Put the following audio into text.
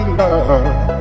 love